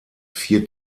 vier